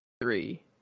three